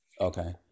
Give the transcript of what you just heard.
Okay